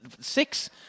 six